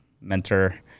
mentor